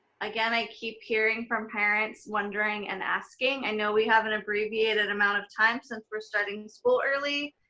again, i keep hearing from parents wondering and asking. i know we have an abbreviated amount of time since we're starting school early,